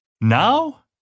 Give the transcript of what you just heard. Now